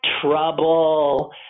trouble